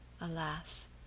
alas